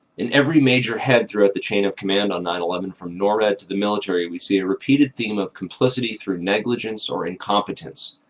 in every major head throughout the chain of command on nine eleven from norad to the military we see a repeated theme of complicity through negligence or incompetence.